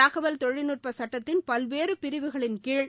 தகவல் தொழில்நட்ப சட்டத்தின் பல்வேறு பிரிவுகளின்கீழ்